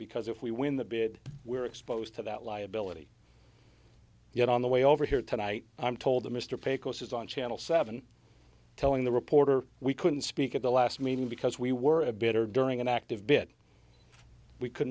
because if we win the bid we're exposed to that liability yet on the way over here tonight i'm told mr picco says on channel seven telling the reporter we couldn't speak at the last meeting because we were a bitter during an active bit we could